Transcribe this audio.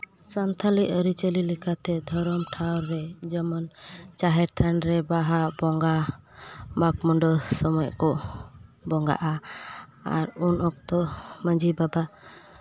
ᱥᱟᱱᱛᱟᱲᱤ ᱟᱹᱨᱤᱪᱟᱹᱞᱤ ᱞᱮᱠᱟᱛᱮ ᱫᱷᱚᱨᱚᱢ ᱴᱷᱟᱶ ᱨᱮ ᱡᱮᱢᱚᱱ ᱡᱟᱦᱮᱨ ᱛᱷᱟᱱ ᱨᱮ ᱵᱟᱦᱟ ᱵᱚᱸᱜᱟ ᱢᱟᱜ ᱢᱚᱬᱮ ᱥᱚᱢᱚᱭ ᱠᱚ ᱵᱚᱸᱜᱟᱜᱼᱟ ᱟᱨ ᱩᱱ ᱩᱠᱛᱚ ᱢᱟᱺᱡᱷᱤ ᱵᱟᱵᱟ